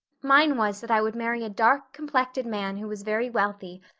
mine was that i would marry a dark-complected man who was very wealthy,